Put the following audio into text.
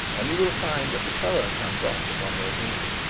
and you will find that the colour comes off upon your finger.